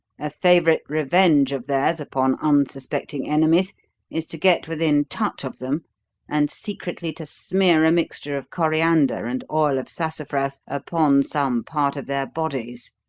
a favourite revenge of theirs upon unsuspecting enemies is to get within touch of them and secretly to smear a mixture of coriander and oil of sassafras upon some part of their bodies,